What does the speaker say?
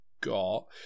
got